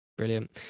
Brilliant